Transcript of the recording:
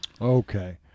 Okay